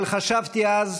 אבל חשבתי אז,